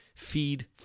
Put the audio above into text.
Feed